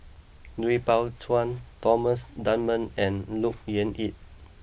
Lui Pao Chuen Thomas Dunman and Look Yan Kit